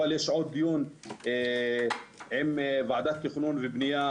אבל יש עוד דיון עם ועדת תכנון ובנייה,